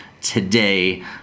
today